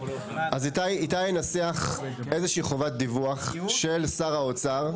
אז איתי ינסח איזו שהיא חובת דיווח של שר האוצר,